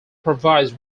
provides